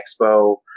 expo